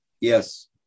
Yes